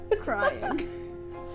Crying